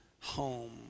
home